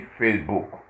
facebook